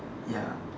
ya